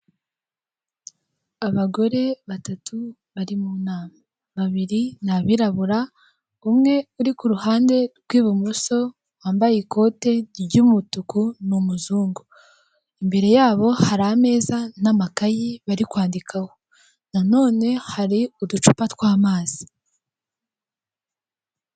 Abagore batatu bari mu nama: babiri ni abirabura, umwe uri ku ruhande rw'ibumoso wambaye ikote ry'umutuku ni umuzungu; imbere yabo hari ameza n'amakayi bari kwandikaho, nanone hari uducupa tw'amazi.